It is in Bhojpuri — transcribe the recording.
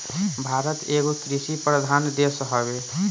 भारत एगो कृषि प्रधान देश हवे